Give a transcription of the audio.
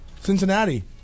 Cincinnati